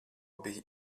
biji